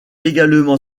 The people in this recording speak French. également